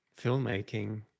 filmmaking